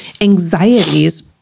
anxieties